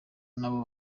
nabo